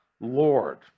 Lord